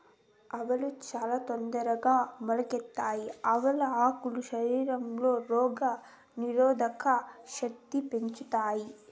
ఆవాలు చానా తొందరగా మొలకెత్తుతాయి, ఆవాల ఆకులు శరీరంలో రోగ నిరోధక శక్తిని పెంచుతాయి